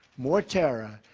more terror,